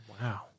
Wow